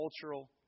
cultural